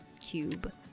cube